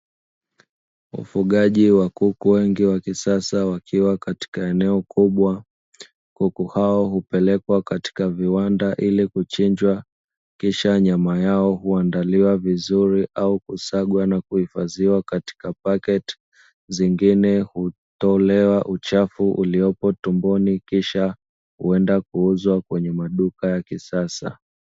Ufugaji wa kuku wengi wa kisasa wakiwa Katika eneo kubwa, kuku hao hupelekwa katika viwanda ili kuchinjwa kisha nyama yao huandaliwa vizuri au kusagwa na kuhifadhiwa Katika packeti, zingine hutolewa uchafu uliopo tumboni kisha huenda kuuzwa kwenye maduka ya kisasa.